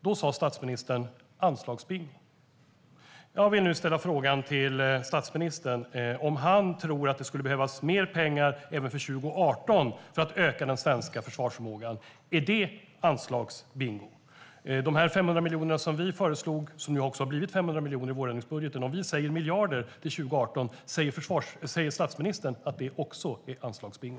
Då sa statsministern "anslagsbingo". Jag vill nu fråga statsministern: Om han tror att det skulle behövas mer pengar även för 2018 för att öka den svenska försvarsförmågan, är det anslagsbingo? De 500 miljoner som vi föreslog har nu också blivit 500 miljoner i vårändringsbudgeten. Om vi säger miljarder till 2018, säger statsministern att det också är anslagsbingo?